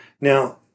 Now